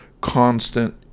constant